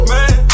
Man